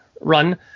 run